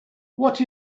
what